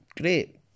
Great